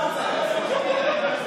פשוט בושה לכנסת.